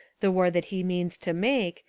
the war that he means to make,